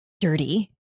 dirty